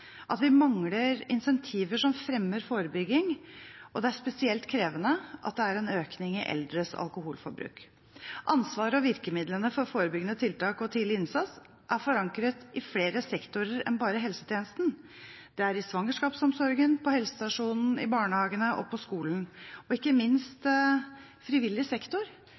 at vi mangler incentiver som fremmer forebygging, og det er spesielt krevende at det er en økning i eldres alkoholforbruk. Ansvaret og virkemidlene for forebyggende tiltak og tidlig innsats er forankret i flere sektorer enn bare helsetjenesten: i svangerskapsomsorgen, på helsestasjonen, i barnehagen, på skolen – og ikke minst i frivillig sektor,